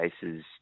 cases